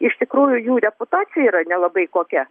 iš tikrųjų jų reputacija yra nelabai kokia